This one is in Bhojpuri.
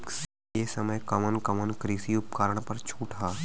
ए समय कवन कवन कृषि उपकरण पर छूट ह?